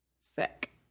Sick